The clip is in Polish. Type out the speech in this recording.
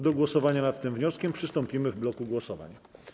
Do głosowania nad tym wnioskiem przystąpimy w bloku głosowań.